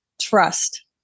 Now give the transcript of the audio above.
trust